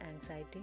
anxiety